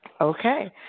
Okay